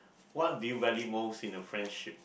what do you value most in a friendship